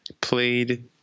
Played